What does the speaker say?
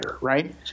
right